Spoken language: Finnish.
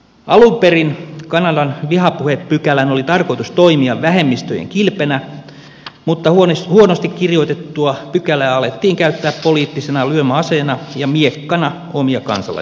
alun perin kanadan vihapuhepykälän oli tarkoitus toimia vähemmistöjen kilpenä mutta huonosti kirjoitettua pykälää alettiin käyttää poliittisena lyömäaseena ja miekkana omia kansalaisia vastaan